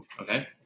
okay